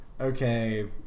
okay